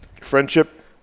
Friendship